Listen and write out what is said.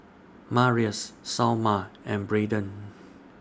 Marius Salma and Braiden